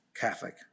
Catholic